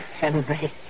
Henry